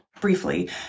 briefly